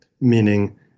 meaning